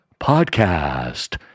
podcast